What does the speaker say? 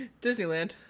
Disneyland